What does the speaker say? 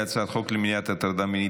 ההצעה להעביר את הצעת חוק למניעת הטרדה מינית